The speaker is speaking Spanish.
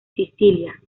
sicilia